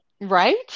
right